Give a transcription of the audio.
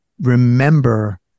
remember